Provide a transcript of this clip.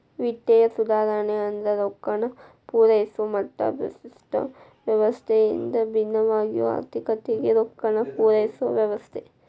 ವಿತ್ತೇಯ ಸುಧಾರಣೆ ಅಂದ್ರ ರೊಕ್ಕಾನ ಪೂರೈಸೊ ಮತ್ತ ಪ್ರಸ್ತುತ ವ್ಯವಸ್ಥೆಯಿಂದ ಭಿನ್ನವಾಗಿರೊ ಆರ್ಥಿಕತೆಗೆ ರೊಕ್ಕಾನ ಪೂರೈಸೊ ವ್ಯವಸ್ಥೆ